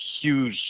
huge